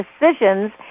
decisions